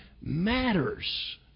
matters